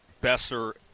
Besser